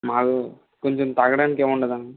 మాకు కొంచెం తగ్గడానికి ఏముండదా అండి